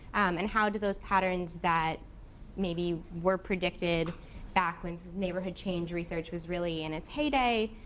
and how do those patterns that maybe were predicted back when neighborhood change research was really in it's heyday